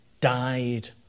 died